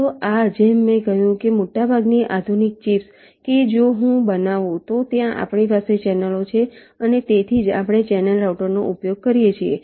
તો આ જેમ મેં કહ્યું કે મોટાભાગની આધુનિક ચિપ્સ કે જો હું બનાવું તો ત્યાં આપણી પાસે ચેનલો છે અને તેથી જ આપણે ચેનલ રાઉટરનો ઉપયોગ કરીએ છીએ